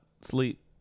sleep